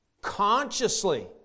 consciously